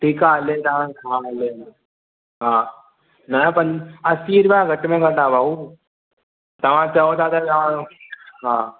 ठीकु आहे हले तव्हां हा हले हले हा न पन असी रुपया घटि में घटि आहे भाऊ तव्हां चओ था त तव्हांजो हा